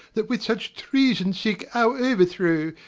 that with such treason seek our overthrow,